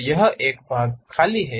तो यह एक खाली भाग है